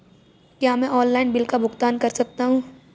क्या मैं online bill का भुगतान कर सकता हूँ?